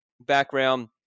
background